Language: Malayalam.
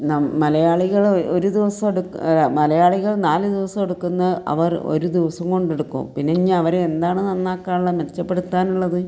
മലയാളികൾ ഒരു ദിവസം എടുക്കും മലയാളികൾ നാല് ദിവസം എടുക്കുന്നത് അവർ ഒരു ദിവസം കൊണ്ട എടുക്കും പിന്നെ അവരെ എന്താണ് നന്നാക്കാാനുള്ളത് മെച്ചപ്പെടുത്താാനുള്ളത്